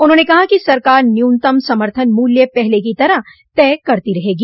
उन्होंने कहा कि सरकार न्यूनतम समर्थन मूल्य् पहले की तरह तय करती रहेगी